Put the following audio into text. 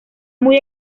muy